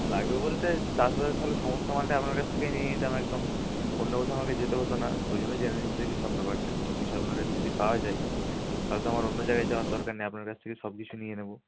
লাগবে বলতে চাষবাসের তাহলে সমস্ত মালটাই আপনার কাছ থেকেই নিয়ে নিতাম একদম অন্য কোথাও আমাকে যেতে হতো না ওই জন্যই জেনে নিচ্ছি আর কি সব ব্যাপারটা যদি সব কিছু আপনার কাছে যদি পাওয়া যায় তাহলে তো আমার অন্য জায়গায় যাওয়ার দরকার নেই আপনার কাছ থেকে সব কিছু নিয়ে নেব